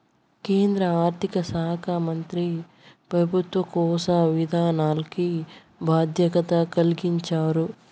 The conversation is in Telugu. కేంద్ర ఆర్థిక శాకా మంత్రి పెబుత్వ కోశ విధానాల్కి బాధ్యత కలిగించారు